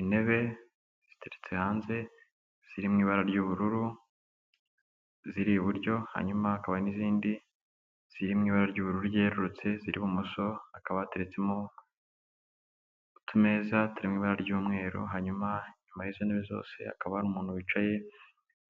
Intebe ziteretse hanze zirimw, ibara ry'ubururu ziri iburyo hanyuma hakaba n'izindi ziri mu ibara ry'ubururu ryerurutse ziri ibumoso akaba yateretsemo utumeza turi mu ibara ry'umweru hanyuma nyuma y'izo ntebe zose, hakaba hari umuntu wicaye